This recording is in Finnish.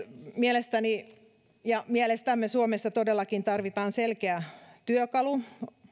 mielestäni ja mielestämme suomessa todellakin tarvitaan selkeä työkalu